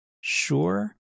sure